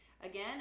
Again